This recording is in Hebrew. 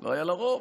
לא היה לה רוב.